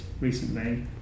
recently